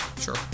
Sure